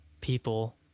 people